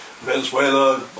Venezuela